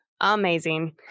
amazing